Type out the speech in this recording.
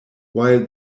while